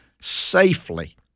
safely